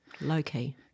low-key